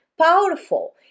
powerful